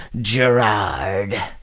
Gerard